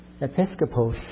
episcopos